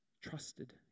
Trusted